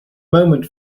moment